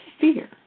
fear